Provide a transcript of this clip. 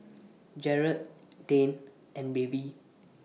Jerad Dane and Baby